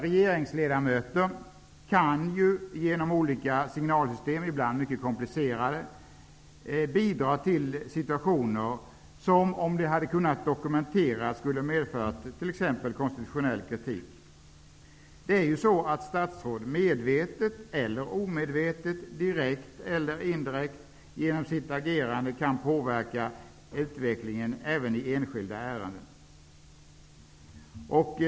Regeringsledamöter kan genom olika signalsystem, vilka ibland är mycket komplicerade, bidra till situationer som, om de varit möjliga att dokumentera, skulle medföra t.ex. konstitutionell kritik. Statsråd kan medvetet eller omedvetet, direkt eller indirekt, genom sitt agerande påverka utvecklingen i enskilda ärenden.